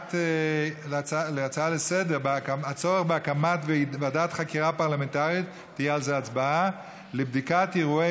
להצעה לסדר-היום בנושא: הצורך בהקמת ועדת חקירה פרלמנטרית לבדיקת אירועי